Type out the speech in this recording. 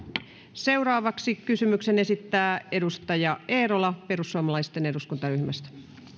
seuraavaksi kysymyksen esittää edustaja eerola perussuomalaisten eduskuntaryhmästä